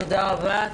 תודה רבה.